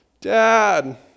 dad